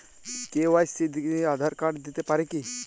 KYC তে Aadhaar card দিতে পারি কি?